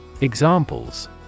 Examples